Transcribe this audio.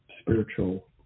spiritual